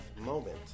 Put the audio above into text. Moment